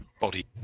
body